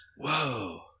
Whoa